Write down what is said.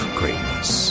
greatness